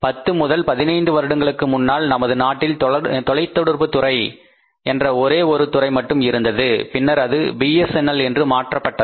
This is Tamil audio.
10 முதல் 15 வருடங்களுக்கு முன்னால் நமது நாட்டில் தொலைத்தொடர்புதுறை என்ற ஒரே ஒரு துறை மட்டும் இருந்தது பின்னர் அது பிஎஸ்என்எல் என்று மாற்றப்பட்டது